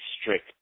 strict